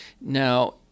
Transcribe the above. Now